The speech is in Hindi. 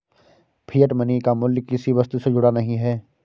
फिएट मनी का मूल्य किसी वस्तु से जुड़ा नहीं है